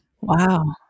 Wow